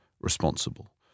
responsible